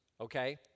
okay